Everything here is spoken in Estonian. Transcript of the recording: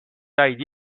said